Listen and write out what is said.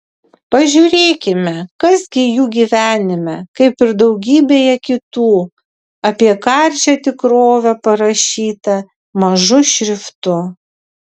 pažiūrėkime kas gi jų gyvenime kaip ir daugybėje kitų apie karčią tikrovę parašyta mažu šriftu